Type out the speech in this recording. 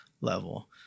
level